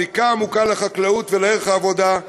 זיקה עמוקה לחקלאות ולערך העבודה,